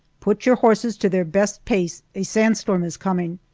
put your horses to their best pace a sand storm is coming!